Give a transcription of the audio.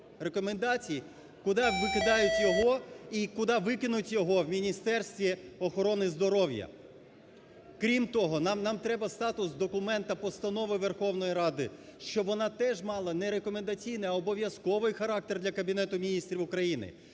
рекомендацій, куди викидають його і куди викинуть його в Міністерстві охорони здоров'я. Крім того, нам треба статус документу постанови Верховної Ради, щоб вона теж мала не рекомендаційний, а обов'язковий характер для Кабінету Міністрів України,